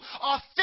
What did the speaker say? authentic